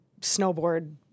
snowboard